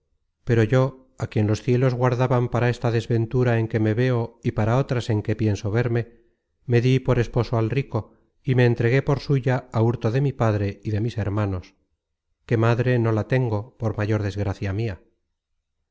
pero yo á quien los cielos guardaban para esta desventura en que me veo y para otras en que pienso verme me dí por esposo al rico y me entregué por suya á hurto de mi padre y de mis hermanos que madre no la tengo por mayor desgracia mia